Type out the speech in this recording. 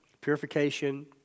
Purification